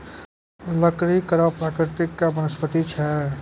लकड़ी कड़ो प्रकृति के वनस्पति छै